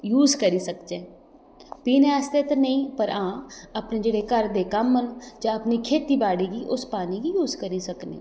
use करी सकचै पीने आस्तै ते नेईं पर हां अपने जेह्ड़े घर दे कम्म ना जां अपनी खेती बाड़ी गी उस पानी गी यूज करी सकने आं